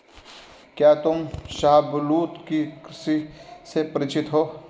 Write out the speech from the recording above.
क्या तुम शाहबलूत की कृषि से परिचित हो?